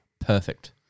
Perfect